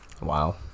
Wow